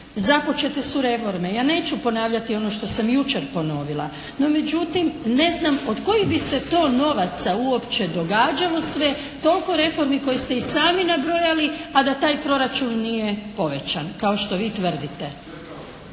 Započete su reforme. Ja neću ponavljati ono što sam jučer ponovila, no međutim ne znam od kojih bi se to novaca uopće događalo sve toliko reformi koje ste i sami nabrojali, a da taj proračun nije povećan kao što vi tvrdite.